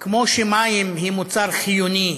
כמו שמים הם מוצר חיוני,